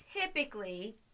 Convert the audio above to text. Typically